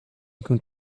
going